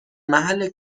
محل